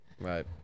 Right